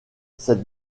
cette